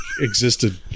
existed